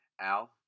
Al